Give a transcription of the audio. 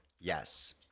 Yes